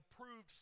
approved